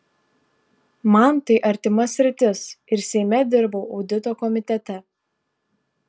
man tai artima sritis ir seime dirbau audito komitete